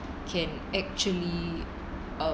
can actually um